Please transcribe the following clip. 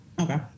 Okay